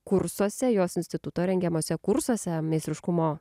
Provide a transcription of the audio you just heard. kursuose jos instituto rengiamuose kursuose meistriškumo